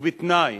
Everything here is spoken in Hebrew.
ובתנאי